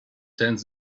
tend